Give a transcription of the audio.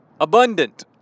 Abundant